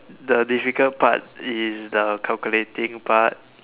the difficult part is the calculating part